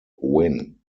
win